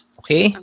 okay